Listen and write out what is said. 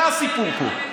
זה הסיפור פה.